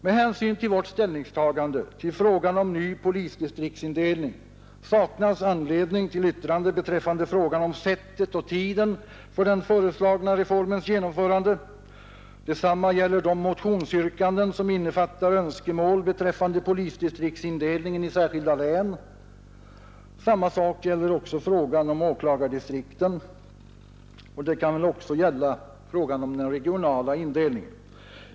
Med hänsyn till vårt ställningstagande till frågan om ny polisdistriktsindelning saknas anledning till yttrande beträffande frågan om sättet och tiden för den föreslagna reformens genomförande. Detsamma gäller de motionsyrkanden som innefattar önskemål beträffande polisdistriktsindelningen i särskilda län. Samma sak gäller även frågan om åklagardistrikten, och det kan också gälla frågan om den regionala indelningen.